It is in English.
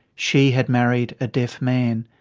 she had married a deaf man.